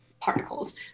particles